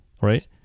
right